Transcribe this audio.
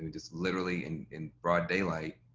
just literally, and in broad daylight,